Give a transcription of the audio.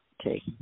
okay